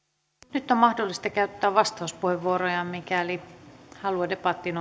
nyt on mahdollista käyttää vastauspuheenvuoroja mikäli halua debattiin